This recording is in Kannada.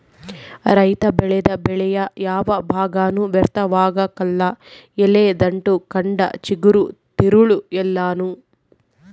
ರೈತ ಬೆಳೆದ ಬೆಳೆಯ ಯಾವ ಭಾಗನೂ ವ್ಯರ್ಥವಾಗಕಲ್ಲ ಎಲೆ ದಂಟು ಕಂಡ ಚಿಗುರು ತಿರುಳು ಎಲ್ಲಾನೂ